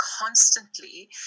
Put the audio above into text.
constantly